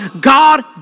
God